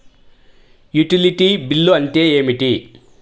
Utility bill అంటే ఏమిటి?